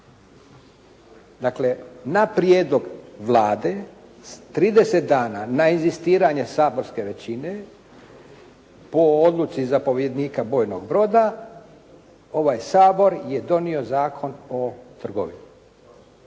Dakle, na prijedlog Vlade, s 30 dana na inzistiranje saborske većine po odluci zapovjednika bojnog broda ovaj Sabor je donio Zakon o trgovini.